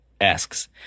asks